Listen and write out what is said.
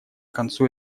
концу